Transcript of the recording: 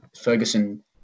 Ferguson